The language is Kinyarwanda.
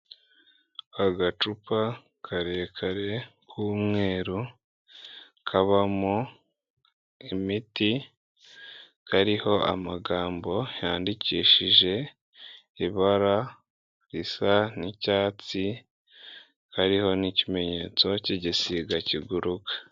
Agacupa karekare k'umweru kabamo imiti, kariho amagambo yandikishije ibara risa nk'icyatsi, hariho n'ikimenyetso cy'igisiga kiguruka.